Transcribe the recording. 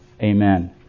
Amen